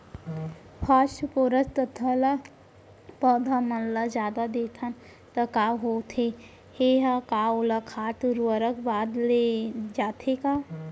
Phosphorus तथा ल पौधा मन ल जादा देथन त का होथे हे, का ओला खाद उर्वरक बर दे जाथे का?